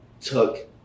took